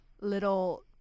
little